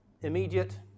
Immediate